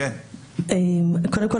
קודם כול,